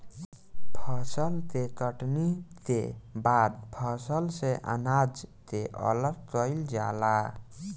फसल के कटनी के बाद फसल से अनाज के अलग कईल जाला